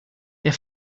der